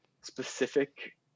specific